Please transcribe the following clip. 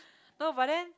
no but then